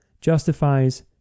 justifies